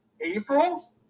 april